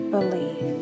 Believe